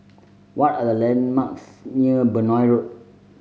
what are the landmarks near Benoi Road